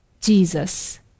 Jesus